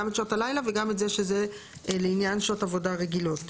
גם את שעות הלילה וגם את זה שזה לעניין שעות עבודה רגילות.